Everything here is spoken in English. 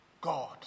God